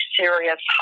serious